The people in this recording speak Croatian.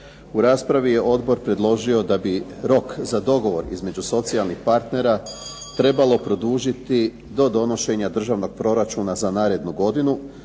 U raspravi je odbor predložio da bi rok za dogovor između socijalnih partnera trebalo produžiti do donošenja državnog proračuna za narednu godinu,